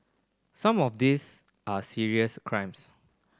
some of these are serious crimes